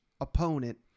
opponent